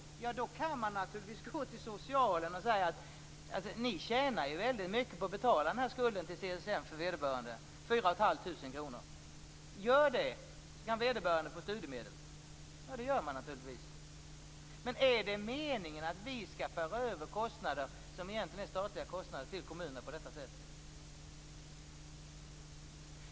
Man kan naturligtvis gå till socialen och säga att eftersom de tjänar så mycket på att betala skulden till CSN på 4 500 kr borde de också göra det, så att vederbörande kan få studiemedel. Då gör de naturligtvis det. Men är det meningen att vi på detta sätt skall föra över kostnader som egentligen är statliga till kommunerna?